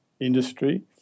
industry